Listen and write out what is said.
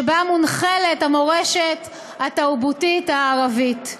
שבה מונחלת המורשת התרבותית הערבית.